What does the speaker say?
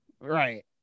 Right